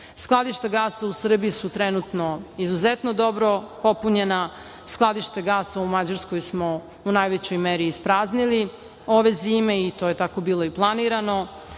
godina. Skladišta gasa u Srbiji su trenutno izuzetno dobro popunjena, skladišta gasa u Mađarskoj smo u najvećom meri ispraznili ove zime, to je tako bilo i planirano,